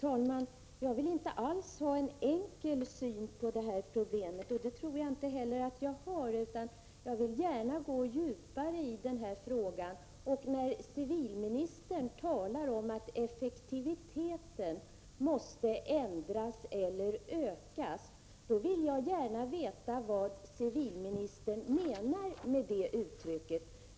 Herr talman! Jag tror inte alls att jag har en enkel syn på det här problemet. Jag vill gärna gå djupare i frågan, och när civilministern talar om att effektiviteten måste ökas vill jag gärna veta vad civilministern menar med det uttrycket.